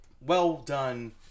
well-done